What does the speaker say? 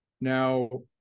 Now